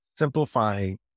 simplifying